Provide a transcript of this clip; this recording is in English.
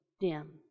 dim